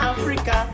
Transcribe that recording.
Africa